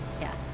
Yes